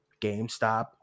GameStop